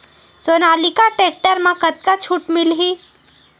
Sonalika tractor म कतका छूट मिलही?